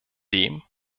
dem